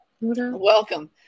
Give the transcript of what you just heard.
Welcome